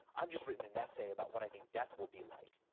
i've just written an essay about what i think death will be like.